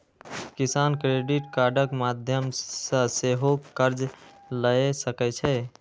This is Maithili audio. किसान क्रेडिट कार्डक माध्यम सं सेहो कर्ज लए सकै छै